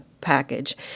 package